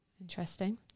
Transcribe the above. interesting